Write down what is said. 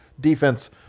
defense